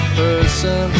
person